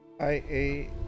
I-A